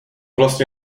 vlastně